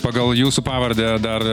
pagal jūsų pavardę dar